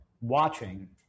watching